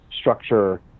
structure